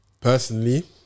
personally